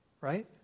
right